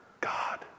God